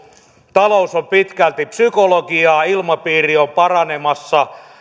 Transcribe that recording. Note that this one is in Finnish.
talous on pitkälti psykologiaa ilmapiiri on paranemassa